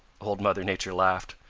old mother nature laughed.